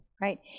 right